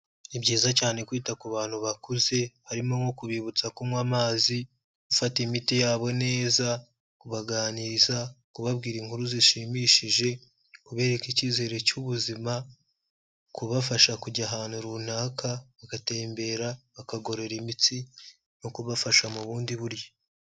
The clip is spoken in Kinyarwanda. Ni byiza cyane kwita ku bantu bakuze, harimo nko kubibutsa kunywa amazi, gufata imiti yabo neza, kubaganiriza, kubabwira inkuru zishimishije, kubereka icyizere cy'ubuzima, kubafasha kujya ahantu runaka bagatembera bakagororera imitsi, no kubafasha mu bundi buryo.